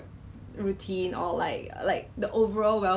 disinfectant sprays for the COVID thing